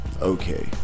Okay